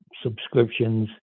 subscriptions